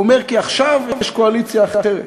הוא אומר: כי עכשיו יש קואליציה אחרת.